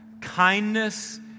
kindness